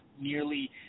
nearly